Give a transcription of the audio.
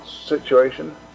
situation